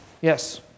Yes